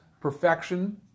perfection